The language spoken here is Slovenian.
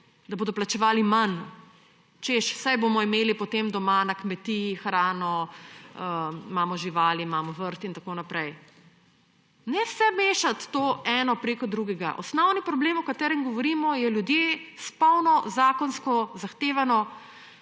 da bodo plačevali manj, češ saj bomo imeli potem doma na kmetiji hrano, imamo živali, imamo vrt in tako naprej. Ne vsega mešati eno preko drugega. Osnovni problem, o katerem govorimo, je – ljudje s polno, zakonsko zahtevano